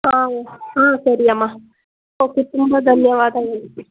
ಹಾಂ ಹ್ಞೂ ಹಾಂ ಸರಿ ಅಮ್ಮ ಓಕೆ ತುಂಬ ಧನ್ಯವಾದಗಳು